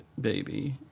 baby